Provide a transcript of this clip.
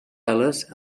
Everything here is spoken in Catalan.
ales